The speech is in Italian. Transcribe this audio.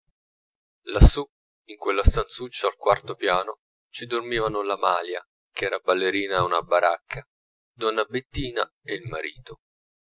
lassù in quella stanzuccia al quarto piano ci dormivano la malia ch'era ballerina a una baracca donna bettina e il marito